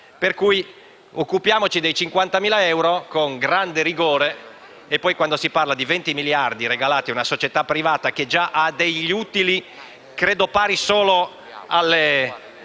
Ci occupiamo, quindi, dei 50.000 euro con grande rigore e poi, quando si parla di 20 miliardi regalati a una società privata che già ha degli utili spaventosi, credo pari solo alle